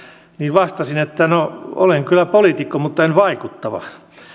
vastasin että no olen kyllä poliitikko mutta en vaikuttava